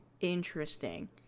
Interesting